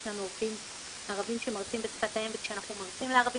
יש לנו עובדים ערבים שמרצים בשפת האם וכשאנחנו מרצים לערבים